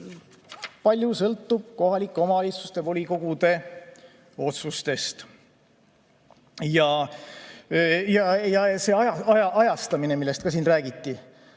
palju sõltub kohalike omavalitsuste volikogude otsustest. Ja see ajastamine, millest ka siin räägiti.